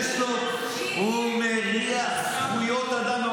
הוא מריח זכויות אדם,